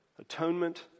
atonement